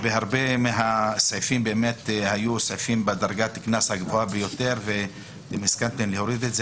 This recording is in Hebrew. היו הרבה סעיפים בדרגת הקנס הגבוהה ביותר ואתם הסכמתם להוריד את זה